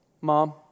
Mom